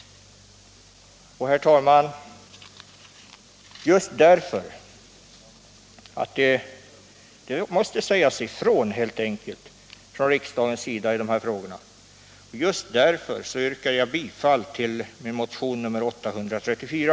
Herr talman! Just därför att riksdagen helt enkelt måste säga ifrån i de här frågorna yrkar jag bifall till min motion 834.